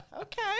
okay